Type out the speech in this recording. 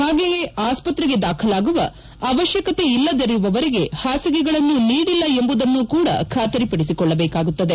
ಹಾಗೆಯೇ ಆಸ್ತ್ರೆಗೆ ದಾಖಲಾಗುವ ಅವಶ್ಕಕತೆಯಿಲ್ಲದರುವವರಿಗೆ ಹಾಸಿಗೆಗಳನ್ನು ನೀಡಿಲ್ಲ ಎಂಬುದನ್ನೂ ಕೂಡ ಖಾತರಿಪಡಿಸಿಕೊಳ್ಳಬೇಕಾಗುತ್ತದೆ